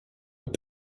with